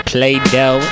Play-Doh